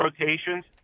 rotations